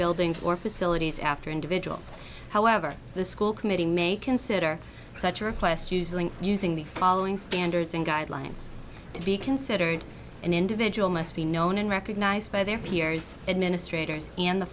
buildings or facilities after individuals however the school committee may consider such a request using using the following standards and guidelines to be considered an individual must be known and recognized by their peers administrators in the